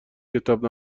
کتاب